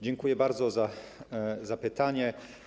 Dziękuję bardzo za pytanie.